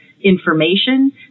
information